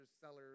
sellers